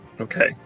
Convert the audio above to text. Okay